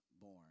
born